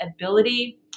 ability